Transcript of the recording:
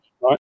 right